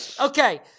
Okay